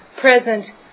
present